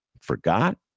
forgot